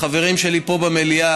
לחברים פה במליאה,